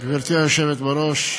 2017, עברה בקריאה ראשונה,